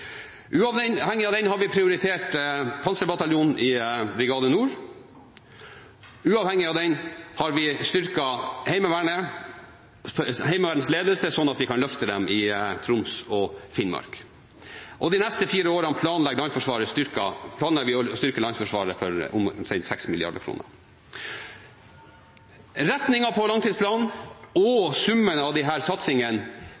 av den har vi prioritert Panserbataljonen i Brigade Nord. Uavhengig av den har vi styrket Heimevernets ledelse slik at vi kan løfte dem i Troms og Finnmark. Og de neste fire årene planlegger vi å styrke Landforsvaret med omtrent 6 mrd. kr. Retningen på langtidsplanen